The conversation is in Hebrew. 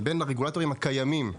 מבין הרגולטורים הקיימים,